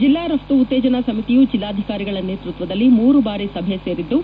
ಜಲ್ಲಾ ರಫ್ತು ಉತ್ತೇಜನ ಸಮಿತಿಯು ಜಲ್ಲಾಧಿಕಾರಿಗಳ ನೇತೃತ್ವದಲ್ಲಿ ಮೂರು ಬಾರಿ ಸಭೆ ಸೇರಿದ್ದು